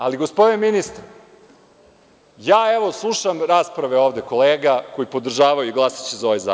Ali, gospodine ministre, ja, evo, slušam rasprave ovde kolega koji podržavaju i glasaće za ovaj zakon.